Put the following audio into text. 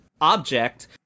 object